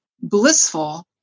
blissful